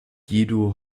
guido